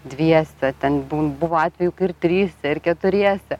dviese ten būn buvo atvejų kai ir tryse ir keturiese